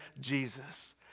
Jesus